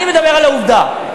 אני מדבר על העובדה,